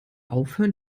aufhören